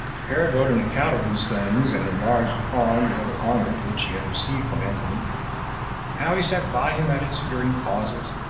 herod wrote an account of these things, and enlarged upon the other honors which he had received from antony how he sat by him at his hearing causes,